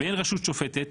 "באין רשות שופטת,